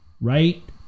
right